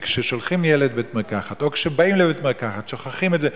כששולחים ילד לבית-מרקחת או כשבאים לבית-מרקחת ושוכחים את הכרטיס,